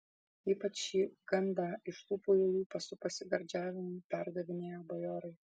ypač šį gandą iš lūpų į lūpas su pasigardžiavimu perdavinėjo bajorai